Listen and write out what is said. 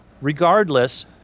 regardless